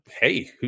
hey